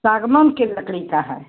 सागमन के लकड़ी का है